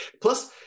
plus